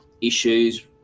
issues